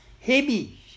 heavy